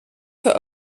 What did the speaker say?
für